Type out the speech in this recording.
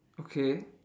okay